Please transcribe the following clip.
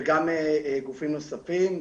וגם גופים נוספים.